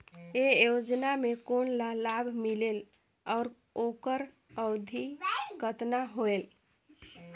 ये योजना मे कोन ला लाभ मिलेल और ओकर अवधी कतना होएल